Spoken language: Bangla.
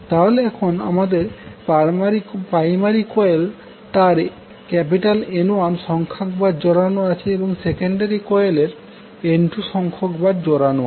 তাহলে এখন আমাদের প্রাইমারি কয়েলে তার N1সংখ্যকবার জড়ানো আছে এবং সেকেন্ডারী কোয়েলের N2 সংখ্যক বাড়ানো আছে